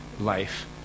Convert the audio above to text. life